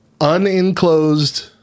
unenclosed